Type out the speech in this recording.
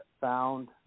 found